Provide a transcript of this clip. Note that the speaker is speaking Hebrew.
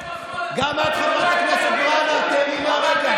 גם חברת הכנסת מראענה, תיהני מהרגע.